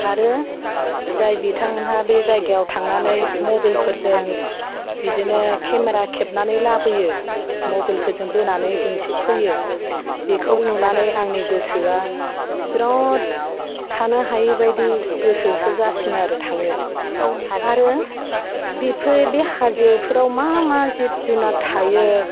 आरो जाय बिथांमोनहा बे जायगायाव थांनानै मबेलफोरजों बिदिनो केमेरा खेबनानै लाबोयो मबेलफोरजों बोनानै दिन्थिफैयो बेखौ नुनानै आंनि गोसोआ बेरात थानो हायैबायदि गोसोसो जासिनो आरो थांनो आरो बेफोर बे हाजोफोराव मा मा जिब जुनार थायो